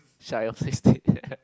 shy of sixty